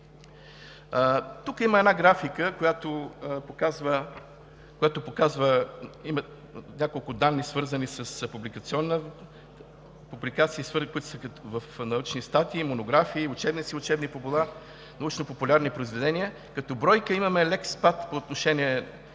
Тук има една графика, която показва няколко данни, свързани с публикации – научни статии, монографии, учебници и учебни помагала, научнопопулярни произведения. Като бройка имаме лек спад по отношение